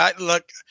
Look